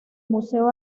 museo